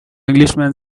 englishman